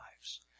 lives